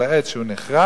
של העץ שנכרת,